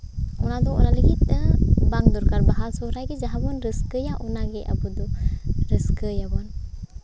ᱚᱱᱟ ᱫᱚ ᱚᱱᱟ ᱞᱟᱹᱜᱫᱤᱫ ᱛᱮ ᱵᱟᱝ ᱫᱚᱨᱠᱟᱨ ᱵᱟᱦᱟ ᱥᱚᱦᱚᱨᱟᱭ ᱜᱮ ᱡᱟᱦᱟᱸ ᱵᱚᱱ ᱨᱟᱹᱥᱠᱟᱹᱭᱟ ᱚᱱᱟᱜᱮ ᱟᱵᱚ ᱫᱚ ᱨᱟᱹᱥᱠᱟᱹᱭᱟᱵᱚᱱ